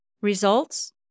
Results